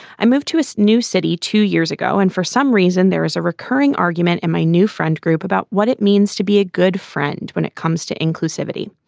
i move to a so new city two years ago, and for some reason there is a recurring argument and my new friend group about what it means to be a good friend when it comes to inclusivity.